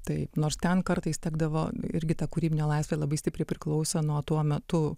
taip nors ten kartais tekdavo irgi ta kūrybinė laisvė labai stipriai priklausė nuo tuo metu